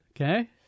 Okay